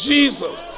Jesus